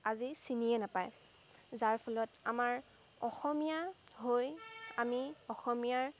আজি চিনিয়ে নাপায় যাৰ ফলত আমাৰ অসমীয়া হৈ আমি অসমীয়াৰ